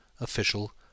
official